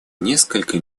несколько